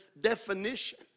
definition